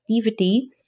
activity